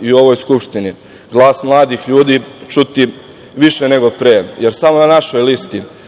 i u ovoj Skupštini glas mladih ljudi čuti više nego pre, jer samo na našoj listi